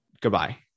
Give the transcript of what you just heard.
goodbye